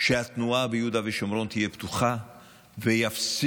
שהתנועה ביהודה ושומרון תהיה פתוחה ויפסיקו